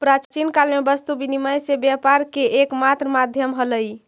प्राचीन काल में वस्तु विनिमय से व्यापार के एकमात्र माध्यम हलइ